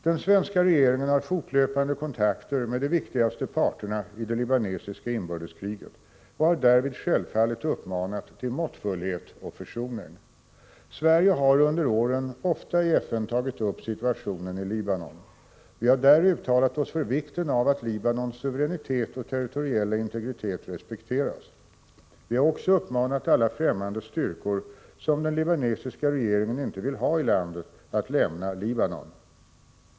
Den svenska regeringen har fortlöpande kontakter med de viktigaste parterna i det libanesiska inbördeskriget och har därvid självfallet uppmanat till måttfullhet och försoning. Sverige har under åren ofta i FN tagit upp situationen i Libanon. Vi har där uttalat oss för vikten av att Libanons suveränitet och territoriella integritet respekteras. Vi har också uppmanat alla främmande styrkor som den libanesiska regeringen inte vill ha i landet att lämna Libanon.